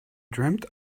dreamt